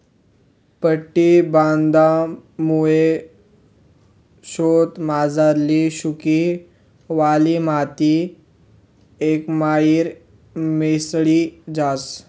पट्टी बांधामुये शेतमझारली सुकी, वल्ली माटी एकमझार मिसळी जास